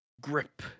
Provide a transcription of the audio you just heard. grip